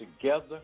together